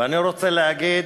ואני רוצה להגיד